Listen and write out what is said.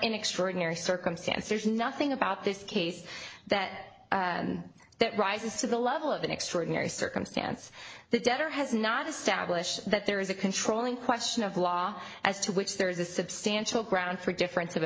an extraordinary circumstance there's nothing about this case that that rises to the level of an extraordinary circumstance that debtor has not established that there is a controlling question of law as to which there is a substantial ground for difference of